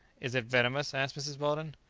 is it venomous? asked mrs. weldon.